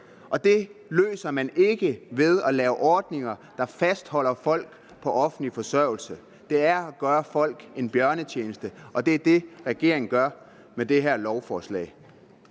og det løser man ikke ved at lave ordninger, der fastholder folk på offentlig forsørgelse. Det er at gøre folk en bjørnetjeneste, og det er det, regeringen gør med det her lovforslag.